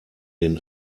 den